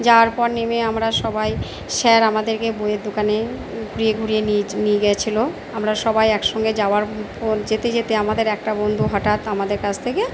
যাওয়ার পর নেমে আমরা সবাই স্যার আমাদেরকে বইয়ের দোকানে ঘুরিয়ে ঘুরিয়ে নিজ নিয়ে গেছিলো আমরা সবাই একসঙ্গে যাওয়ার পর যেতে যেতে আমাদের একটা বন্ধু হঠাৎ আমাদের কাছ থেকে